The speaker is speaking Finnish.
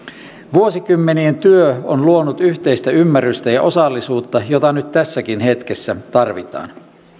vuosikymmenien työ on luonut yhteistä ymmärrystä ja osallisuutta jota nyt tässäkin hetkessä tarvitaan